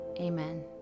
Amen